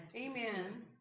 Amen